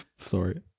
sorry